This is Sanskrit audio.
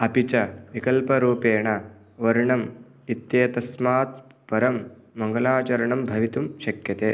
अपि च विकल्परूपेण वर्णम् इत्येतस्मात् परं मङ्गलाचरणं भवितुं शक्यते